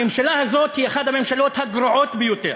הממשלה הזאת היא אחת הממשלות הגרועות ביותר,